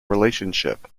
relationship